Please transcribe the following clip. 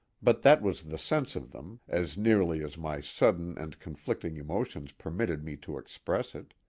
but that was the sense of them, as nearly as my sudden and conflicting emotions permitted me to express it.